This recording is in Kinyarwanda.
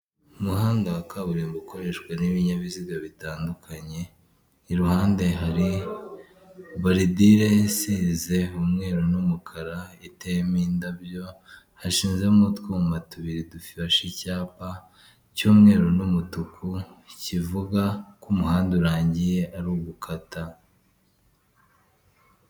Umuhanda wa kaburimbo ukoreshwa n'ibinyabiziga bitandukanye, iruhande hari boridire isize umweru n'umukara iteyemo indabyo, hashizemo utwuma tubiri dufashe icyapa cy'umweru n'umutuku kivuga ko umuhanda urangiye ari ugukata.